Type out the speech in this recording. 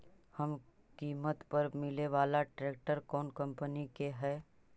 कम किमत पर मिले बाला ट्रैक्टर कौन कंपनी के है?